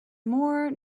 more